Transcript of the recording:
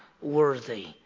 worthy